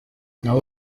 nawe